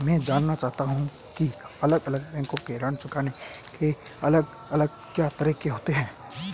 मैं जानना चाहूंगा की अलग अलग बैंक के ऋण चुकाने के अलग अलग क्या तरीके होते हैं?